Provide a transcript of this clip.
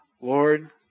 Lord